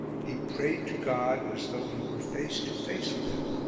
he prayed to god as though he were face to face with him.